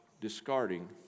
discarding